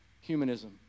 humanism